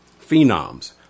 phenoms